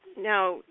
now